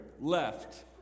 left